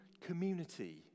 community